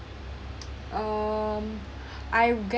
um I